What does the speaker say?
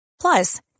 Plus